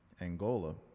Angola